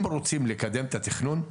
אם רוצים לקדם את התכנון,